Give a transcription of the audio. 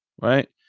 Right